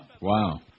Wow